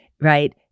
Right